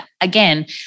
again